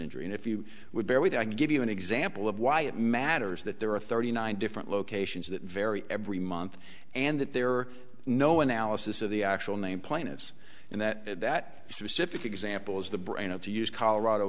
injury and if you would bear with i can give you an example of why it matters that there are thirty nine different locations that vary every month and that there are no analysis of the actual name plaintiffs and that that specific example is the brain of to use colorado